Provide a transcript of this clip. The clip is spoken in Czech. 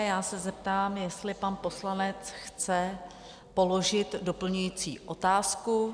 Já se zeptám, jestli pan poslanec chce položit doplňující otázku?